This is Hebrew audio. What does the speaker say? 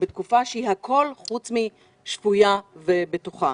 בתקופה שהיא הכול חוץ משפויה ובטוחה.